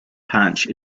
patch